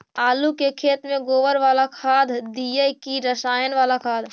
आलू के खेत में गोबर बाला खाद दियै की रसायन बाला खाद?